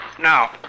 Now